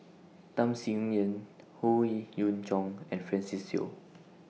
Tham Sien Yen Howe Yoon Chong and Francis Seow